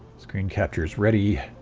screen captures ready.